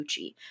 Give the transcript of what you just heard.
Gucci